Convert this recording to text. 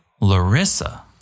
Larissa